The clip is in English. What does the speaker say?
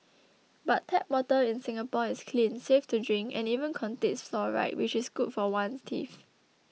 but tap water in Singapore is clean safe to drink and even contains fluoride which is good for one's teeth